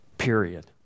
period